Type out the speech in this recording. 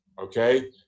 okay